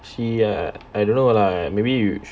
she ah I don't know lah maybe we